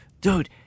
Dude